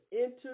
enter